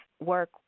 work